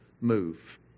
move